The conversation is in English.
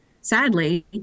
sadly